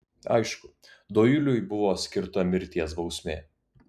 aišku doiliui buvo skirta mirties bausmė